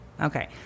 okay